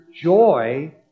joy